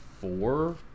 four